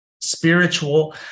spiritual